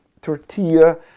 tortilla